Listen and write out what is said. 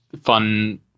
fun